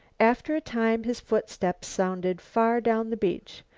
after a time his footsteps sounded far down the beach.